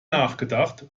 nachgedacht